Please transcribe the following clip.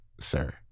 sir